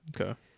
Okay